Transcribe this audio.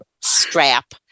strap